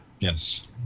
Yes